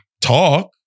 talk